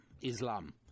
Islam